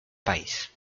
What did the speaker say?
país